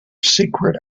secret